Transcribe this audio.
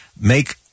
make